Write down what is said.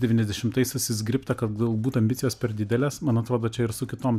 devyniasdešimtaisiais susizgribta kad galbūt ambicijos per didelės man atrodo čia ir su kitom